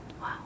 Wow